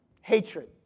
hatred